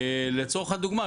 לצורך הדוגמה,